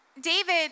David